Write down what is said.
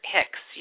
Hicks